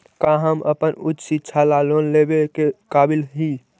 का हम अपन उच्च शिक्षा ला लोन लेवे के काबिल ही?